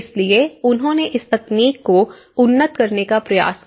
इसलिए उन्होंने इस तकनीक को उन्नत करने का प्रयास किया